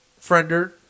Friender